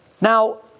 Now